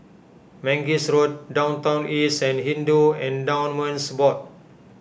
Mangis Road Downtown East and Hindu Endowments Board